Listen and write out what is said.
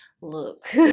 look